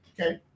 Okay